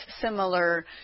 similar